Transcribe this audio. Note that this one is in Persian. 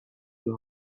یاد